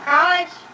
College